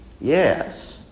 yes